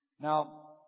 Now